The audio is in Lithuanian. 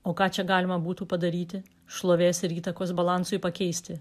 o ką čia galima būtų padaryti šlovės ir įtakos balansui pakeisti